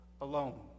alone